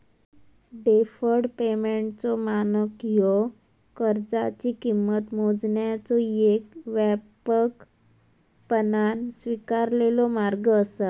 deferred पेमेंटचो मानक ह्यो कर्जाची किंमत मोजण्याचो येक व्यापकपणान स्वीकारलेलो मार्ग असा